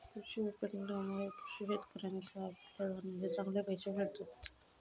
कृषी विपणनामुळे शेतकऱ्याका आपल्या धान्याचे चांगले पैशे मिळतत